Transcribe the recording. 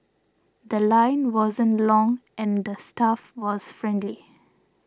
The Line wasn't long and the staff was friendly